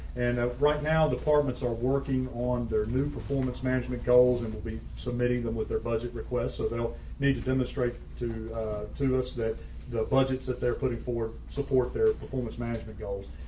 and right now departments are working on their new performance management goals and will be submitting them with their budget requests. so they'll need to demonstrate to to us that the budgets that they're putting forward support their performance management goals.